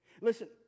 Listen